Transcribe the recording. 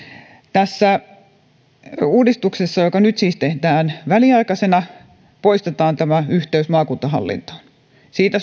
tässä uudistuksessa joka nyt siis tehdään väliaikaisena poistetaan yhteys maakuntahallintoon siitä